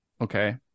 Okay